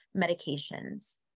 medications